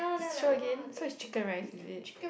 show again so is chicken rice is it